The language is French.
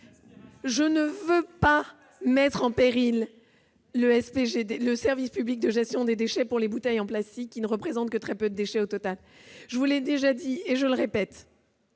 je ne veux pas mettre en péril le service public de gestion des déchets pour les bouteilles en plastique, qui ne représentent que très peu de déchets au total. Vous accusez le Gouvernement